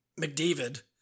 McDavid